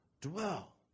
dwell